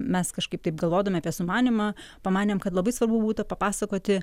mes kažkaip taip galvodami apie sumanymą pamanėm kad labai svarbu būtų papasakoti